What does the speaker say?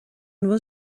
bhfuil